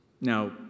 Now